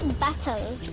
bottle.